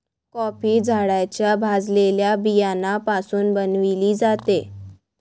coffee झाडाच्या भाजलेल्या बियाण्यापासून बनविली जाते